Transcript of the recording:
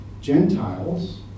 Gentiles